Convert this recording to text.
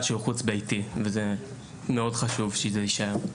שהוא חוץ ביתי וזה מאוד חשוב שזה יישאר.